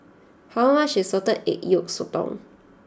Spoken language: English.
how much is Salted Egg Yolk Sotong